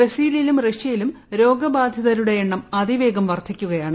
ബ്രസീലിലും റഷ്യയിലും രോഗബാധിതരുടെ എണ്ണം അതിവേഗം വർദ്ധിക്കുകയാണ്